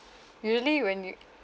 usually when you